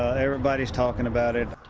everybody's talking about it.